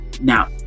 Now